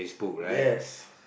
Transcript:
yes